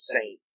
Saint